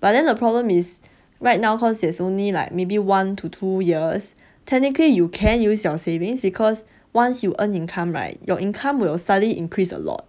but then the problem is right now cause there's only like maybe one to two years technically you can use your savings because once you earn income right your income will suddenly increase a lot